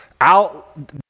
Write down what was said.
out